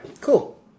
Cool